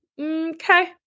Okay